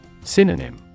Synonym